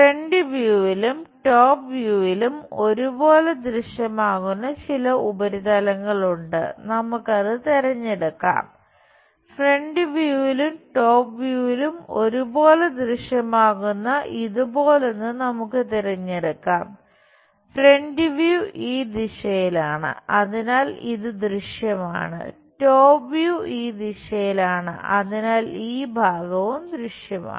front വ്യൂവിലും ഈ ദിശയിലാണ് അതിനാൽ ഇത് ദൃശ്യമാണ് ടോപ് വ്യൂ ഈ ദിശയിലാണ് അതിനാൽ ഈ ഭാഗവും ദൃശ്യമാണ്